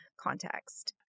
context